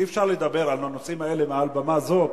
שאי-אפשר לדבר על הנושאים האלה מעל במה זאת,